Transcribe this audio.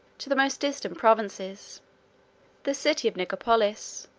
to the most distant provinces the city of nicopolis,